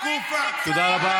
בגלל זה,